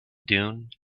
dune